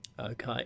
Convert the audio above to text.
okay